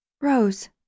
Rose